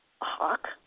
hawk